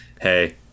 hey